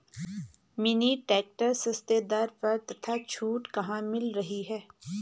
Mini tractor सस्ते दर पर तथा छूट कहाँ मिल रही है?